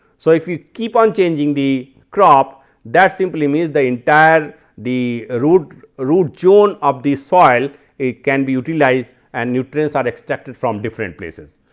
so, if you keep on changing the crop that simply mean the entire the root ah root zone of the soil it can be utilized and nutrients are extracted from different places.